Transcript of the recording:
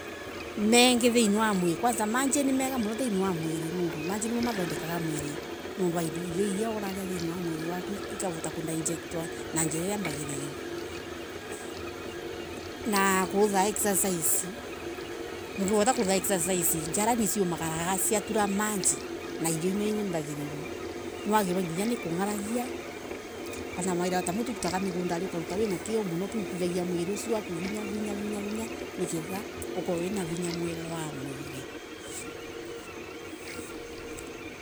Mengi thiini wa mwili kwanja mai ni mega muno thiini wa mwili. Mai nimo mathotekaga mwili mai nimo matumaga irio thiini wa mwili waku ikavota kudigestwo na kurotha exercise ndugivota kuvotha exercise njara ciumagara ciatura main a irio ino mbagiriru, niwagirire nginya kungaria ana mawira ta mauturutaga migondari ukaruta wina kio muno ukirituthagia mwili waku wira wina vinya vinya niketha ukorwe wino vinya mwega wa mwili.